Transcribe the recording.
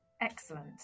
Excellent